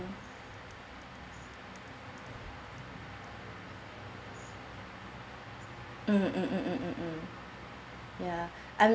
mm mm mm mm mm mm ya I will